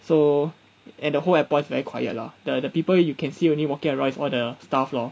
so at the whole airport is very quiet lah the the people you can see only walking around is all the staff lor